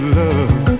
love